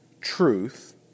truth